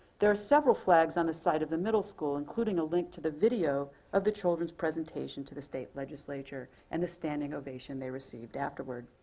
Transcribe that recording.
there are several flags on the site of the middle school, including a link to the video of the children's presentation to the state legislature and the standing ovation they received afterward.